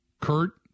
Kurt